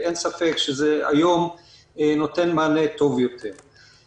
אין ספק שהיום זה נותן מענה טוב יותר.